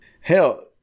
hell